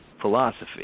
philosophy